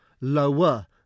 lower